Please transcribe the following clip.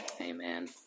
Amen